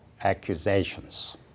accusations